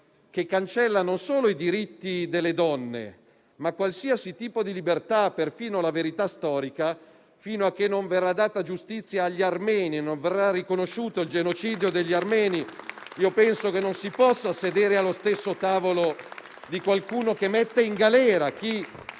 cancella non solo i diritti delle donne, bensì qualsiasi tipo di libertà (perfino la verità storica); fino a che non verrà data giustizia agli armeni con il riconoscimento del genocidio, penso che non ci si possa sedere allo stesso tavolo di qualcuno che mette in galera chi